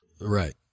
Right